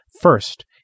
First